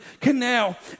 canal